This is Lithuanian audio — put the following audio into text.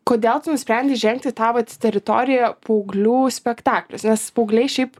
kodėl tu nusprendei žengti į tą vat teritoriją paauglių spektaklis nes paaugliai šiaip